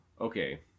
okay